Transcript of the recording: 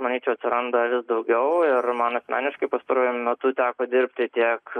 manyčiau atsiranda vis daugiau ir man asmeniškai pastaruoju metu teko dirbti tiek